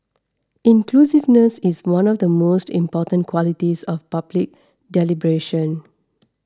inclusiveness is one of the most important qualities of public deliberation